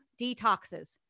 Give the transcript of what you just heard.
detoxes